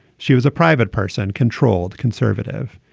she was a private person, controlled conservative.